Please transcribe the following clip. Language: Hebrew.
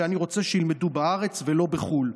ואני רוצה שילמדו בארץ ולא בחו"ל.